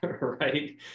right